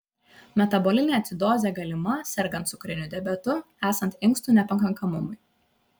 metabolinė acidozė galima sergant cukriniu diabetu esant inkstų nepakankamumui